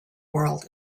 world